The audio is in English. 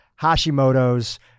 Hashimoto's